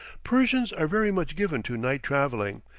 persians are very much given to night-travelling,